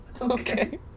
Okay